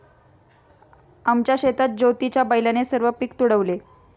आमच्या शेतात ज्योतीच्या बैलाने सर्व पीक तुडवले